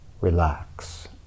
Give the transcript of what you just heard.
relax